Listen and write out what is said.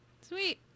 Sweet